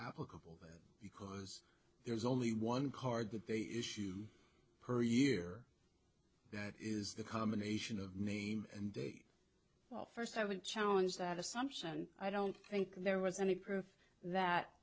applicable because there's only one card that they issued per year that is the combination of name and date well first i would challenge that assumption i don't think there was any proof that